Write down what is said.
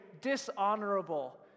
dishonorable